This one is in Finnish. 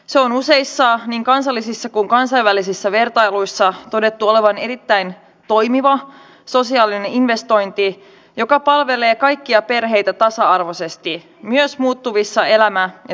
sen on useissa niin kansallisissa kuin kansainvälisissä vertailuissa todettu olevan erittäin toimiva sosiaalinen investointi joka palvelee kaikkia perheitä tasa arvoisesti myös muuttuvissa elämän ja työmarkkinatilanteissa